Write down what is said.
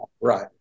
right